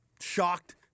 shocked